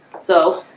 so